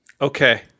okay